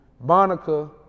Monica